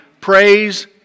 praise